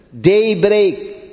Daybreak